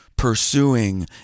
pursuing